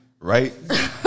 Right